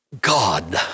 God